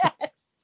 Yes